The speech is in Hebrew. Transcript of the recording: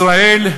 ישראל,